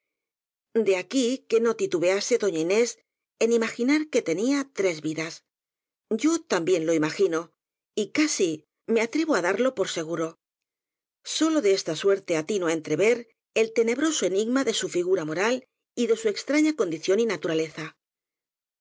de aquí que no titubea se doña inés en imaginar que tenía tres vidas yo también lo imagino y casi me atrevo á darlo por seguro sólo de esta suerte atino á entrever el te nebroso enigma de su figura moral y de su extra ña condición y naturaleza